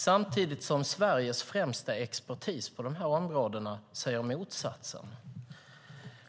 Samtidigt säger Sveriges främsta expertis på de här områdena motsatsen.